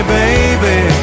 baby